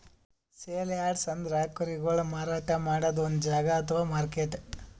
sale yards ಅಂದ್ರ ಕುರಿಗೊಳಿಗ್ ಮಾರಾಟ್ ಮಾಡದ್ದ್ ಒಂದ್ ಜಾಗಾ ಅಥವಾ ಮಾರ್ಕೆಟ್